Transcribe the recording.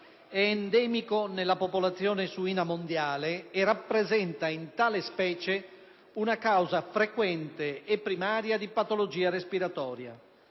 è endemico nella popolazione suina mondiale e rappresenta in tale specie una causa frequente e primaria di patologia respiratoria.